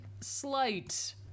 slight